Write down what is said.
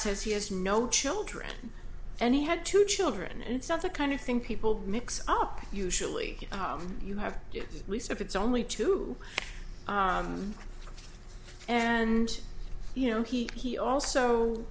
says he has no children and he had two children and it's not the kind of thing people mix up usually you have to respect it's only two and you know he he also